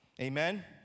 Amen